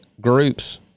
groups